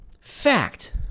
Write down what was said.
Fact